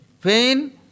pain